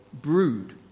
brood